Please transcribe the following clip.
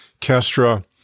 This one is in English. Kestra